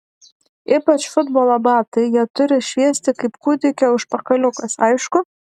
ypač futbolo batai jie turi šviesti kaip kūdikio užpakaliukas aišku